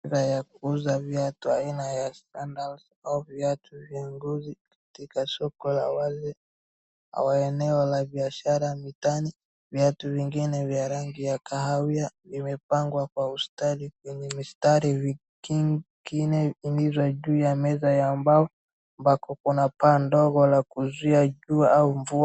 Duka ya kuuza viatu aina ya sandals au viatu vya ngozi, katika soko la wale ama eneo la biashara mitaani, viatu vingine vya rangi ya kahawia vimepangwa kwa ustadi kwenye mistari, vingine ni za juu ya meza ya mbao ambako kuna paa la kuzuia jua au mvua.